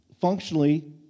functionally